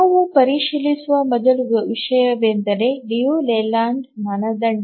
ನಾವು ಪರಿಶೀಲಿಸುವ ಮೊದಲ ವಿಷಯವೆಂದರೆ ಲಿಯು ಲೇಲ್ಯಾಂಡ್ ಮಾನದಂಡ